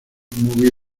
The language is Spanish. movie